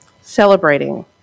celebrating